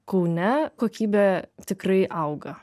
kaune kokybė tikrai auga